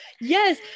Yes